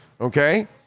Okay